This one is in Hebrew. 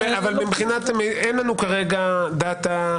אבל אין לנו כרגע דאטא,